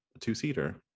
two-seater